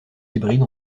hybrides